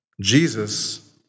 Jesus